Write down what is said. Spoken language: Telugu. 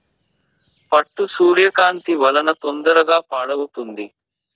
పట్టు సూర్యకాంతి వలన తొందరగా పాడవుతుంది